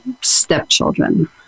stepchildren